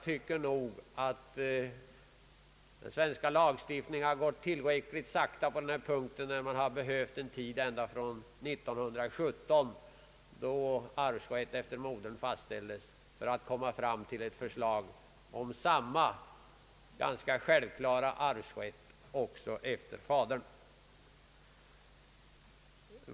Den svenska lagstiftningen har, tycker jag, gått tillräck ligt sakta på den här punkten. Man har behövt hela tiden från 1917, då arvsrätten efter modern fastställdes, för att komma fram till ett förslag om samma ganska självklara arvsrätt också efter fadern.